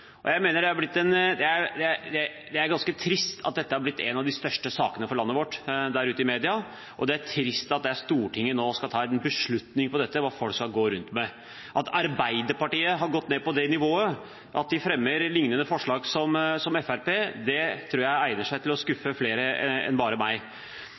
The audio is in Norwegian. Det er ganske trist at dette er blitt en av de største sakene for landet vårt der ute i media, og det er trist at Stortinget nå skal ta en beslutning om hva folk skal gå rundt med. At Arbeiderpartiet har gått ned på det nivået, at de fremmer lignende forslag som Fremskrittspartiets, tror jeg egner seg til å skuffe flere enn meg.